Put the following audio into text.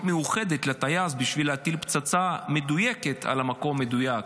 מיוחדת לטייס להטיל פצצה מדויקת על מקום מדויק.